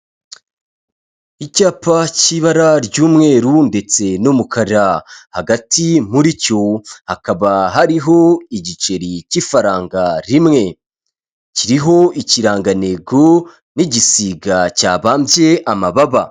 Icyapa cy'ibara ry'umweru ndetse n'umukara hagati muri cyo hakaba hariho igiceri cy'ifaranga rimwe, kiriho ikirangantego n'igisiga cyabambye amababa.